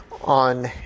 on